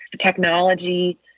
technology